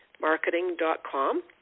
marketing.com